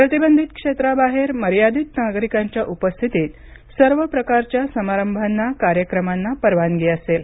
प्रतिबंधित क्षेत्राबाहेर मर्यादित नागरिकांच्या उपस्थितीत सर्व प्रकारच्या समारंभांना कार्यक्रमांना परवानगी असेल